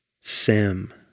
Sam